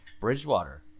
Bridgewater